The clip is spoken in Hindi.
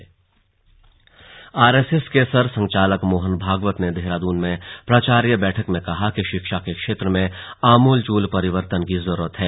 स्लग आरएसएस आरएसएस के सरसंघ चालक मोहन भागवत ने देहरादून में प्राचार्य बैठक में कहा कि शिक्षा के क्षेत्र में आमूल चूल परिवर्तन की जरूरत है